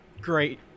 Great